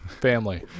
family